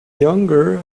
younger